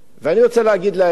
ואני רוצה להגיד להם